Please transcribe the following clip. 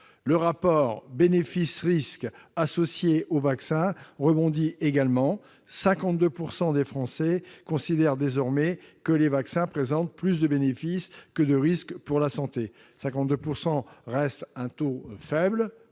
Le rapport bénéfices-risques associé aux vaccins rebondit également : 52 % des Français considèrent désormais que les vaccins présentent plus de bénéfices que de risques pour la santé. À mon sens, ce taux reste